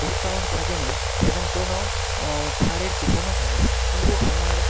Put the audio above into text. discount থাকেনি এবং কোনও ছাড়ের কুপনও থাকেনি কিন্তু আমার